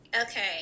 Okay